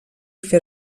fer